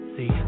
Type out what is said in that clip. See